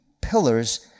pillars